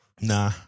Nah